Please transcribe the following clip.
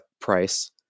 price